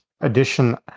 addition